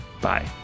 Bye